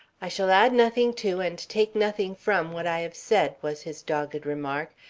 i shall add nothing to and take nothing from what i have said, was his dogged remark.